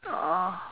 oh